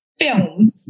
film